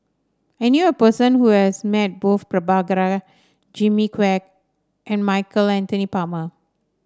I knew a person who has met both Prabhakara Jimmy Quek and Michael Anthony Palmer